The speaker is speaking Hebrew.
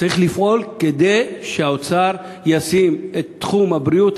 וצריך לפעול כדי שהאוצר ישים את תחום הבריאות,